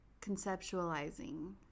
conceptualizing